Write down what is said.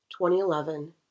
2011